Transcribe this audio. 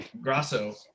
Grasso